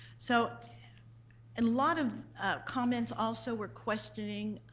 so and lot of comments also were questioning.